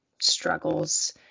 struggles